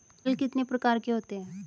हल कितने प्रकार के होते हैं?